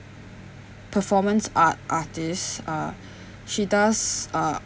performance art artist uh she does uh